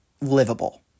livable